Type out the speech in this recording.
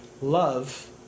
love